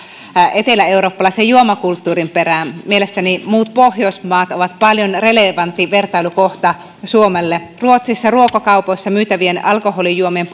eteläeurooppalaisen juomakulttuurin perään mielestäni muut pohjoismaat ovat paljon relevantimpi vertailukohta suomelle ruotsissa ruokakaupoissa myytävien alkoholijuomien